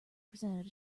presented